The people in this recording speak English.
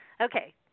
Okay